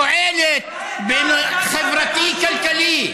תועלת חברתית-כלכלית?